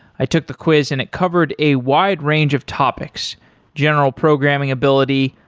i took the quiz and it covered a wide range of topics general programming ability,